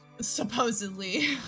Supposedly